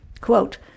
Quote